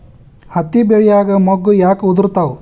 ಹತ್ತಿ ಬೆಳಿಯಾಗ ಮೊಗ್ಗು ಯಾಕ್ ಉದುರುತಾವ್?